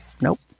Nope